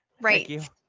Right